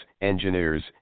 engineers